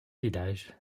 village